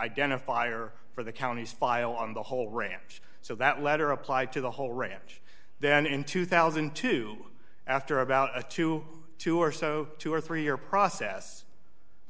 identifier for the counties file on the whole ranch so that letter applied to the whole ranch then in two thousand to after about a twenty two dollars or so two or three year process